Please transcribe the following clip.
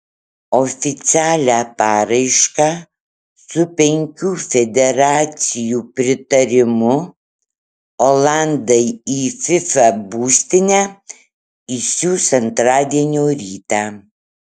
oficialią paraišką su penkių federacijų pritarimu olandai į fifa būstinę išsiųs antradienio rytą